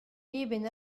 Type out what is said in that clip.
eben